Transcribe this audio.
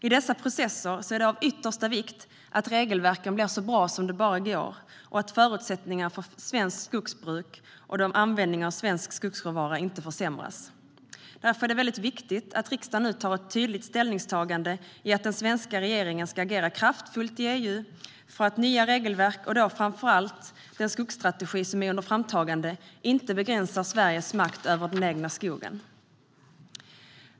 I dessa processer är det av yttersta vikt att regelverken blir så bra som det bara går och att förutsättningarna för svenskt skogsbruk och användningen av svensk skogsråvara inte försämras. Därför är det mycket viktigt att riksdagen nu gör ett tydligt ställningstagande för att den svenska regeringen ska agera kraftfullt i EU för att nya regelverk och då framför allt den skogsstrategi som är under framtagande inte ska begränsa Sveriges makt över den egna skogen.